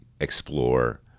explore